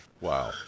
wow